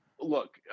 Look